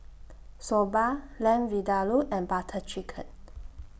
Soba Lamb Vindaloo and Butter Chicken